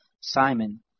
Simon